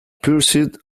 pursued